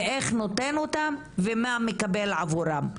איך נותן אותן ומה מקבל עבורן בתמורה?